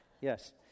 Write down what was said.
yes